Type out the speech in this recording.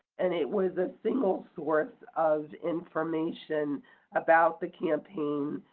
and it was a single source of information about the campaign.